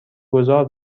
گذار